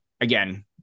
again